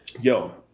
yo